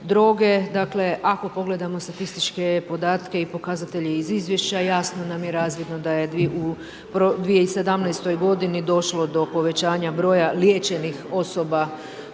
Dakle ako pogledamo statističke podatke i pokazatelje iz izvješća, jasno nam je razvidno da u 2017. g. došlo do povećanja broja liječenih osoba